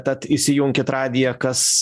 tad įsijunkit radiją kas